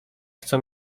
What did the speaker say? chcą